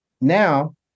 Now